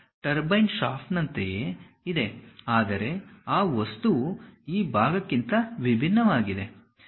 turbine ಶಾಫ್ಟ್ನಂತೆಯೇ ಇದೆ ಆದರೆ ಆ ವಸ್ತುವು ಈ ಭಾಗಕ್ಕಿಂತ ಭಿನ್ನವಾಗಿದೆ